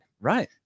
Right